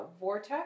Vortex